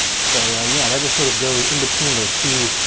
so yeah that just sort of goes in between those two